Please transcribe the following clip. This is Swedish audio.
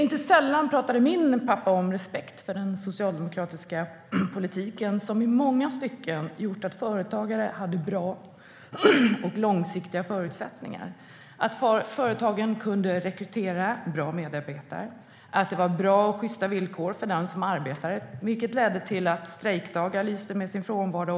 Inte sällan pratade min pappa om respekt för den socialdemokratiska politiken, som i många stycken gjort att företagare hade bra och långsiktiga förutsättningar. Företagen kunde rekrytera bra medarbetare. Det var bra och sjysta villkor för den som arbetade, vilket ledde till att strejkdagar lyste med sin frånvaro.